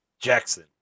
Jackson